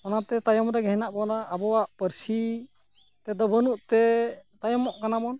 ᱚᱱᱟ ᱛᱮ ᱛᱟᱭᱚᱢ ᱨᱮᱜᱮ ᱦᱮᱱᱟᱜ ᱵᱚᱱᱟ ᱟᱵᱚᱣᱟᱜ ᱯᱟᱹᱨᱥᱤ ᱛᱮᱫᱚ ᱵᱟᱹᱱᱩᱜ ᱛᱮ ᱛᱟᱭᱚᱢᱚᱜ ᱠᱟᱱᱟ ᱵᱚᱱ